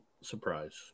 surprise